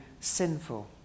sinful